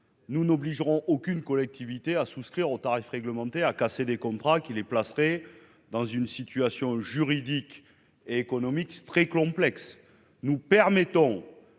Nous n'obligerons aucune collectivité à souscrire au tarif réglementé à casser des contrats qui les placerait dans une situation juridique et économique très complexe, nous permettons